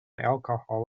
alcohol